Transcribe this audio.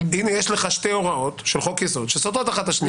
יש לך שתי הוראות של חוק יסוד שסותרות אחת את השנייה.